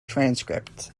transcripts